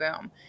boom